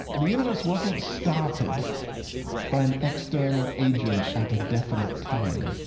the universe wasn't started by an external agent at a definite time.